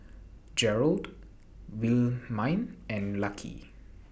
Gerard Wilhelmine and Lucky